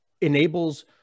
enables